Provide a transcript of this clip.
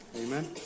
Amen